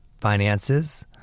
finances